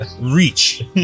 reach